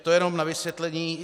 To jenom na vysvětlení.